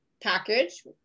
package